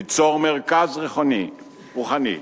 ליצור מרכז רוחני,